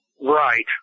Right